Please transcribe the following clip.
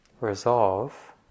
resolve